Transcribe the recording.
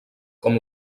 com